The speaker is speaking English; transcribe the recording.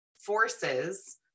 forces